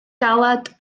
galed